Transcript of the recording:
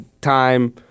time